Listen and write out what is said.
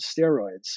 steroids